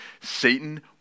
Satan